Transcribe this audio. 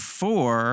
four